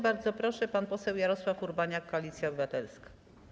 Bardzo proszę, pan poseł Jarosław Urbaniak, Koalicja Obywatelska.